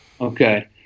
Okay